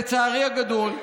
לצערי הגדול,